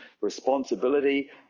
responsibility